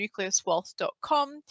nucleuswealth.com